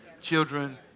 children